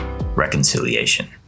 Reconciliation